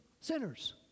Sinners